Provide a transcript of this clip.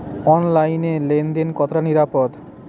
অনলাইনে লেন দেন কতটা নিরাপদ?